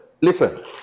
listen